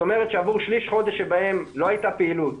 זאת אומרת שעבור 1/3 חודש שבו לא הייתה פעילות,